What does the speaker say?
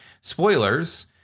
spoilers